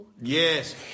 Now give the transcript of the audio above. Yes